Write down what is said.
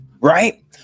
right